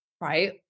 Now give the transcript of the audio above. Right